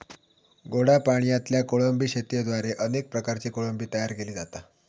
गोड्या पाणयातल्या कोळंबी शेतयेद्वारे अनेक प्रकारची कोळंबी तयार केली जाता